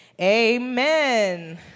amen